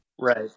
Right